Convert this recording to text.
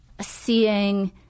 seeing